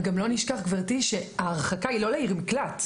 וגם לא נשכח, גברתי, שההרחקה היא לא לעיר מקלט.